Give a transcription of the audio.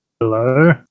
Hello